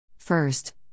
First